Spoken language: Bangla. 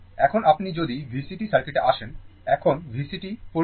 এখন আপনি যদি VCt সার্কিটে আসেন এখন VCt পরিচিত